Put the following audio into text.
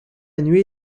nuit